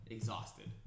Exhausted